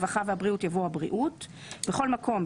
הרווחה והבריאות" יבוא "הבריאות"; בכל מקום,